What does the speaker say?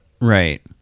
right